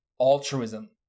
altruism